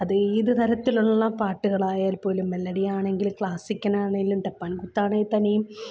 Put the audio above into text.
അതേത് തരത്തിലുള്ള പാട്ടുകളായാൽ പോലും മെലഡിയാണങ്കിൽ ക്ലാസ്സിക്കലാണേലും ഡപ്പാൻ കൂത്താണേ തന്നെയും